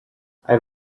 have